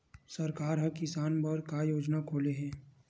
सरकार ह किसान बर का योजना खोले हे?